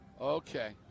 Okay